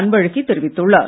அன்பழகி தெரிவித்துள்ளார்